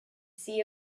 see